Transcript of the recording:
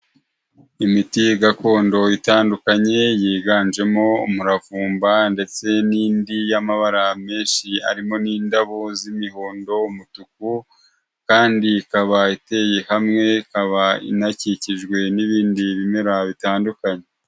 Imiti gakondo itandukanye yiganjemo umuravumba ndetse n'indi y'amabara menshi, harimo n'indabo z'imihondo, umutuku kandi ikaba iteye hamwe ikaba inakikijwe n'ibindi bimera bitandukanye.